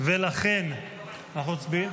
לכן אנחנו מצביעים,